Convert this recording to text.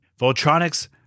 Voltronics